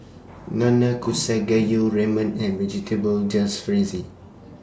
Nanakusa Gayu Ramen and Vegetable Jalfrezi